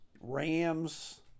Rams